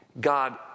God